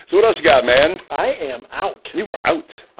so what else you got man? i am out you were out